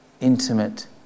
intimate